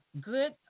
good